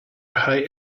height